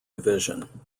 division